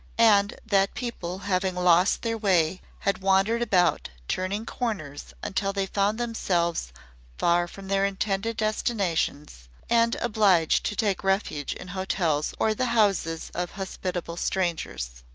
and that people having lost their way had wandered about turning corners until they found themselves far from their intended destinations and obliged to take refuge in hotels or the houses of hospitable strangers.